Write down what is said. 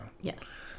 Yes